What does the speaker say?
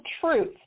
truth